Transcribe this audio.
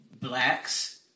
blacks